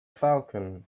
falcon